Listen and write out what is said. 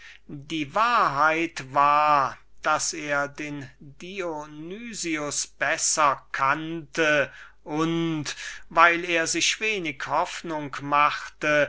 die wahrheit war daß er den dionys besser kannte und weil er sich wenig hoffnung machte